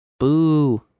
Boo